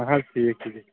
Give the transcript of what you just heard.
اَہن حظ ٹھیٖک ٹھیٖک